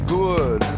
good